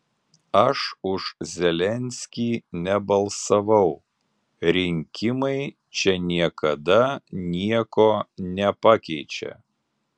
aš už zelenskį nebalsavau rinkimai čia niekada nieko nepakeičia